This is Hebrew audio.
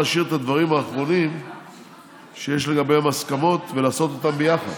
להשאיר את הדברים האחרונים שיש לגביהם הסכמות ולעשות אותם ביחד.